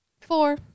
four